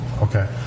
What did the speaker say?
Okay